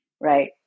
right